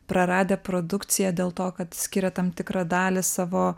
praradę produkciją dėl to kad skiria tam tikrą dalį savo